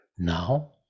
Now